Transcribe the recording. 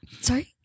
sorry